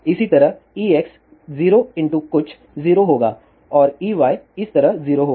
इसी तरह Ex 0 कुछ 0 होगा और Ey इस तरह 0 होगा